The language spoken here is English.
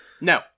No